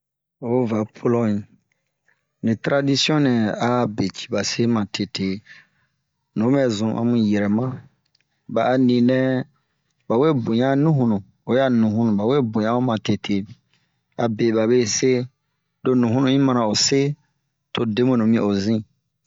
Oyi va Pɔlɔɲe, li taradisiɔn nɛ a be cii ba se matete, nu bɛzun a mu yi yirɛma ,ba a ni nɛɛ, ba we boɲa nuhunu, oyi a nuhunu, ba we boɲa o matete. Abe ba be se, to nuhunu yi mana ose, to debwenu mi o zun.